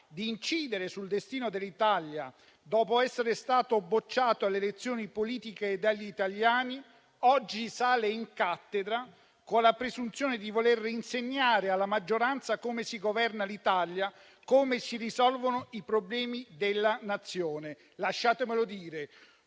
di incidere sul destino dell'Italia, e dopo essere stato bocciato alle elezioni politiche dagli italiani, oggi sale in cattedra, con la presunzione di voler insegnare alla maggioranza come si governa l'Italia e come si risolvono i problemi della Nazione. Lasciatemelo dire: